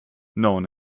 known